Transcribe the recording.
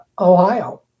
Ohio